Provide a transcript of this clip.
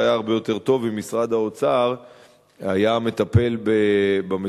והיה הרבה יותר טוב אם משרד האוצר היה מטפל במצוקות